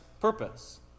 purpose